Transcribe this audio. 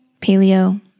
paleo